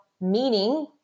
meaning